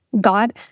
God